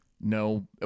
no